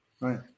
Right